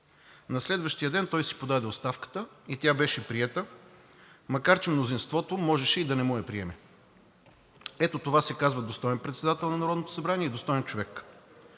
На следващия ден той си подаде оставката и тя беше приета, макар че мнозинството можеше и да не му я приеме. Ето това се казва достоен председател на Народното събрание и достоен човек.